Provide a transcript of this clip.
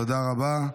תודה רבה.